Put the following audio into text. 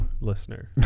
listener